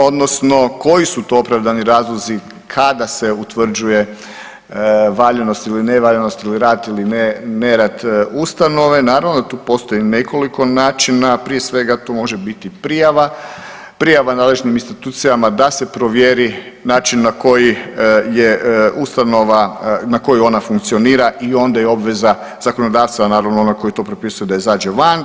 Odnosno koji su to opravdani razlozi kada se utvrđuje valjanost ili nevaljanost ili rad ili nerad ustanove naravno da tu postoji nekoliko načina, a prije svega tu može biti prijava, prijava nadležnim institucijama da se provjeri način na koji je ustanova, na koji ona funkcionira i onda je obveza zakonodavca, naravno onog koji to propisuje da izađe van.